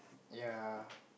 ya